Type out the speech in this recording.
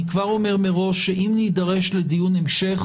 אני כבר אומר מראש שאם נידרש לדיון המשך